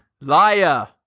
Liar